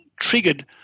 triggered